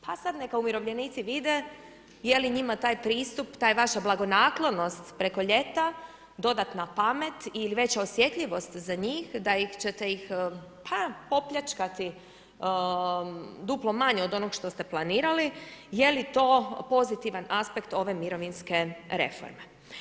Pa sad neka umirovljenici vide je li njima taj pristup, ta vaša blagonaklonost preko ljeta, dodatna pamet ili veća osjetljivost za njih da ćete ih pa opljačkati duplo manje od onog što ste planirali, je li to pozitivan aspekt ove mirovinske reforme?